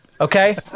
Okay